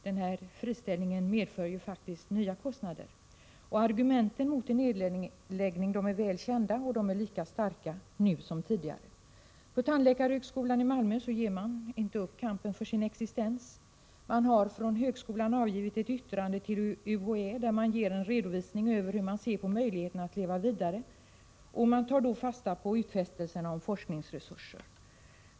Den här friställningen medför faktiskt nya kostnader. Argumenten mot en nedläggning är väl kända, och de är lika starka nu som de var tidigare. På tandläkarhögskolan i Malmö ger man inte upp kampen för sin existens. Man har från högskolans sida avgivit ett yttrande till UHÄ, där man ger en redovisning av hur man ser på möjligheterna att leva vidare. Man tar då fasta på givna utfästelser om forskningsresurser.